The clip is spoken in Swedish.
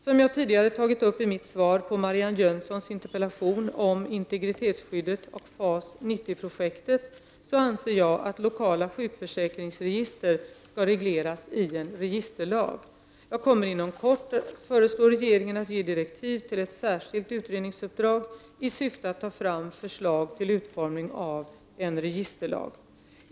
Som jag tidigare tagit upp i mitt svar på Marianne Jönssons interpellation om integritetsskyddet och FAS 90-projektet så anser jag att lokala sjukförsäkringsregister skall regleras i en registerlag. Jag kommer inom kort att föreslå regeringen att ge direktiv till ett särskilt utredningsuppdrag i syfte att ta fram förslag till utformning av en registerlag.